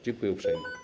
Dziękuję uprzejmie.